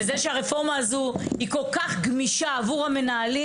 זה שהרפורמה הזו כל כך גמישה עבור המנהלים